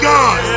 God